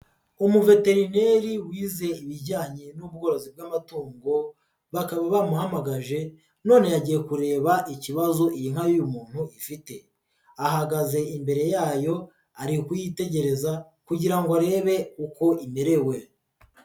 Umuveterineri wize ibijyanye n'ubworozi bw'amatungo, bakaba bamuhamagaje none yagiye kureba ikibazo iyi nka y'uyu muntu ifite. Ahagaze imbere yayo ari kuyitegereza kugira ngo arebe uko imerewe.